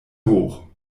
hoch